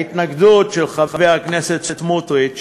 ההתנגדות של חבר הכנסת סמוטריץ